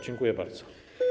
Dziękuję bardzo.